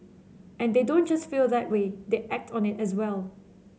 and they don't just feel that way they act on it as well